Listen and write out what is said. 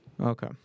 Okay